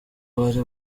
bari